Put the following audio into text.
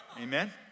amen